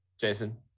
Jason